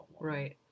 Right